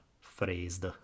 phrased